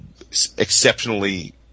exceptionally